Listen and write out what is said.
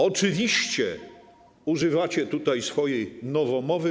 Oczywiście, używacie tutaj swojej nowomowy.